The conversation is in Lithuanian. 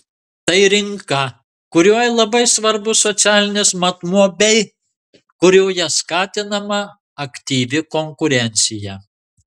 tai rinka kurioje labai svarbus socialinis matmuo bei kurioje skatinama aktyvi konkurencija